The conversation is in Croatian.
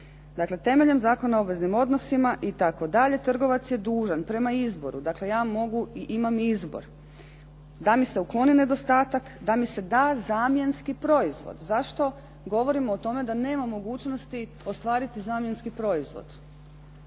Dakle, temeljem Zakona o obveznim odnosima itd. trgovac je dužan prema izboru, dakle ja mogu i imam izbor, da mi se ukloni nedostatak, da mi se da zamjenski proizvod. Zašto govorimo o tome da nema mogućnosti ostvariti zamjenski proizvod?